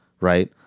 right